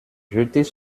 jetez